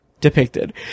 depicted